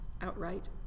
outright